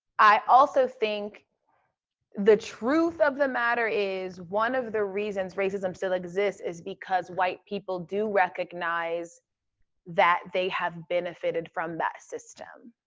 i also think the truth of the matter is one of the reasons racism still exists is because white people do recognize that they have benefited from that system.